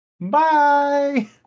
Bye